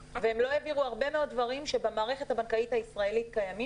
והרבה מאוד דברים שבמערכת הבנקאית הישראלית קיימים